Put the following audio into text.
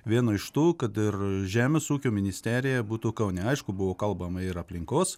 vieno iš tų kad ir žemės ūkio ministerija būtų kaune aišku buvo kalbama ir aplinkos